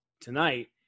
tonight